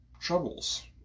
troubles